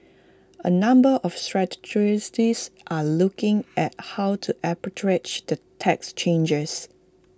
A number of strategists are looking at how to arbitrage the tax changes